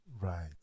Right